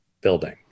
building